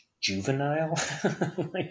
juvenile